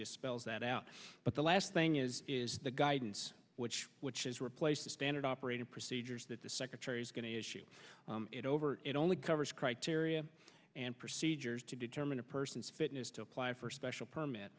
just spells that out but the last thing is is the guidance which which is replace the standard operating procedures that the secretary is going to issue it over it only covers criteria and procedures to determine a person's fitness to apply for special permit